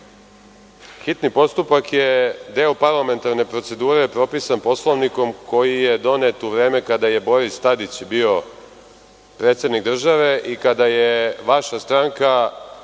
Hitni postupak je deo parlamentarne procedure propisan Poslovnikom koji je donet u vreme kada je Boris Tadić bio predsednik države i kada je vaša stranka